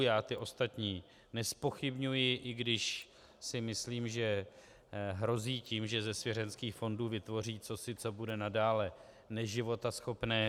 Já ty ostatní nezpochybňuji, i když si myslím, že hrozí tím, že ze svěřenských fondů vytvoří cosi, co bude nadále neživotaschopné.